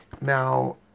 now